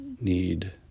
need